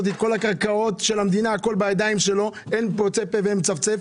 את כל קרקעות המדינה בידיים שלו ואין פוצה פה ומצפצף.